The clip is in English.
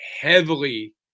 heavily